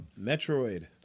Metroid